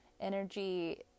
energy